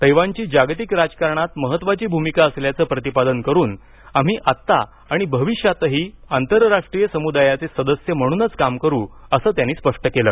तैवानची जागतिक राजकारणात महत्त्वाची भूमिका असल्याचं प्रतिपादन करून आम्ही आत्ता आणि भविष्यातही आंतरराष्ट्रीय समुदायाचे सदस्य म्हणूनच काम करू असं त्यांनी स्पष्ट केलं